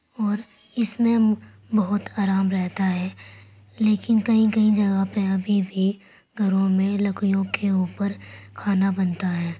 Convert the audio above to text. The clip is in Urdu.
اور اِس میں بہت آرام رہتا ہے لیکن کئی کئی جگہ پہ ابھی بھی گھروں میں لکڑیوں کے اوپر کھانا بنتا ہے